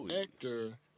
actor